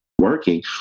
working